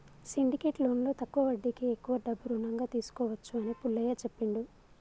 syndicate లోన్లో తక్కువ వడ్డీకే ఎక్కువ డబ్బు రుణంగా తీసుకోవచ్చు అని పుల్లయ్య చెప్పిండు